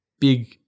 big